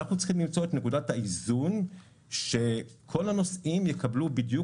אנחנו צריכים למצוא את נקודת האיזון שכל הנוסעים יקבלו בדיוק